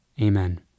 Amen